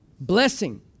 Blessing